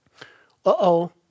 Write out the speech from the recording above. Uh-oh